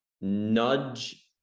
nudge